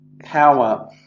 power